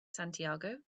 santiago